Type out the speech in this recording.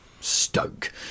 Stoke